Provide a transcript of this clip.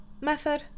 method